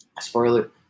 Spoiler